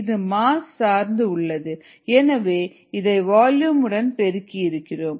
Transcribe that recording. இது மாஸ் சார்ந்து உள்ளது எனவே இதை வால்யூம் உடன் பெருக்கி இருக்கிறோம்